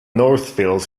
northfield